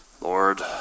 Lord